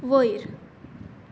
वयर